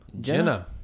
Jenna